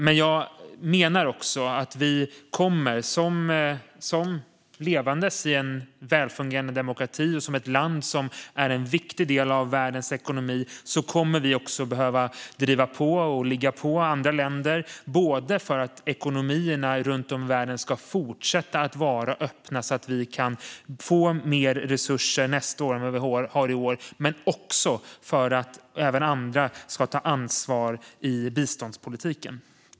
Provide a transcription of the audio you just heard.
Men jag menar också att vi, som levande i en välfungerande demokrati och som ett land som är en viktig del av världens ekonomi, kommer att behöva ligga på och driva på andra länder - för att ekonomierna runt om i världen ska fortsätta att vara öppna så att vi kan få mer resurser nästa år än i år men också för att även andra ska ta ansvar i biståndspolitiken.